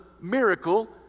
miracle